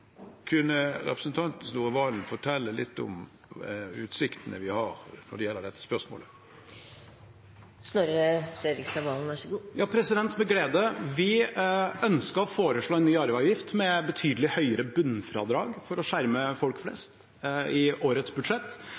Kunne representanten Snorre Serigstad Valen fortelle litt om utsiktene vi har når det gjelder dette spørsmålet? Med glede! Vi ønsket å foreslå en ny arveavgift med betydelig høyere bunnfradrag for å skjerme folk flest i årets budsjett.